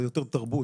זה יותר תרבות.